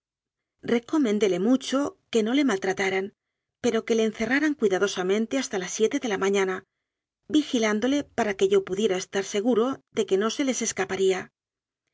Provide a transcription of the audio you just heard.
manon recomendóle mucho que no le maltrataran pero que le encerraran cuidadosamente hasta las siete de la mañana vigilándole para que yo pudiera es tar seguro de que no se les escaparía